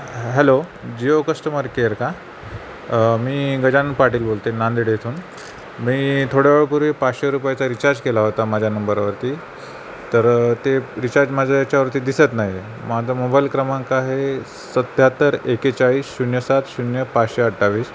hello Jio customer care का मी गजानन पाटील बोलते नांदेडेथून मी थोड्या वेळपूर्वी पाचशे रुपयाचा रिचार्ज केला होता माझ्या नंबरवरती तर ते रिचार्ज माझ्या याच्यावरती दिसत नाही आहे माझा मोबाईल क्रमांक आहे सत्याहत्तर एकेचाळीस शून्य सात शून्य पाचशे अठ्ठावीस